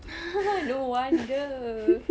no wonder